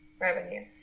revenue